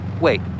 Wait